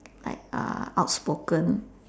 like uh outspoken